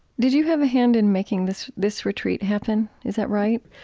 did you have a hand in making this this retreat happen? is that right?